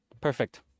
Perfect